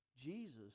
Jesus